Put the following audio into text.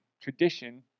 tradition